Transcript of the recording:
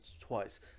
twice